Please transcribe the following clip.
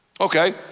Okay